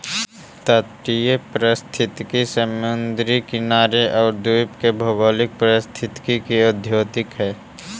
तटीय पारिस्थितिकी समुद्री किनारे आउ द्वीप के भौगोलिक परिस्थिति के द्योतक हइ